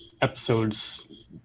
episodes